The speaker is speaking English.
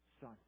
son